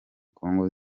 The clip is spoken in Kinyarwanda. congo